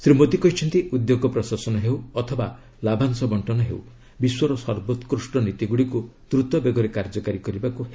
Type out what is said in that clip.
ଶୀ ମୋଦୀ କହିଛନ୍ତି ଉଦ୍ୟୋଗ ପ୍ରଶାସନ ହେଉ ଅଥବା ଲାଭାଂଶ ବଣ୍ଟନ ହେଉ ବିଶ୍ୱର ସର୍ବୋକ୍ତ୍ଷ ନୀତିଗୁଡ଼ିକୁ ଦ୍ରୁତ ବେଗରେ କାର୍ଯ୍ୟକାରୀ କରିବାକୁ ହେବ